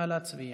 נא להצביע.